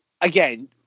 again